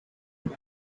and